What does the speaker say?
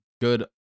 good